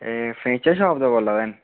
एह् furniture shop दा बोला दे न